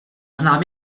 znám